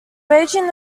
beijing